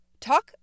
Talk